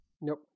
Nope